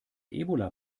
ebola